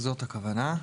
זאת הכוונה.